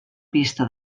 pista